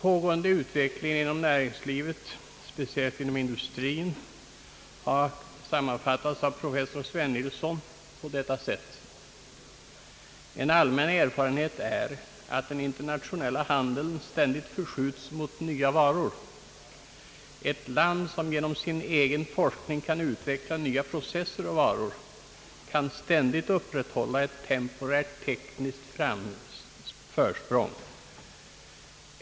Pågående utveckling inom näringslivet, speciellt inom industrin, har sammanfattats av professor Svennilson på detta sätt: »En allmän erfarenhet är att den internationella handeln ständigt förskjutes mot nya varor. Ett land som genom sin egen forskning kan utveckla nya processer och varor kan ständigt upprätthålla ett temporärt tekniskt försprång.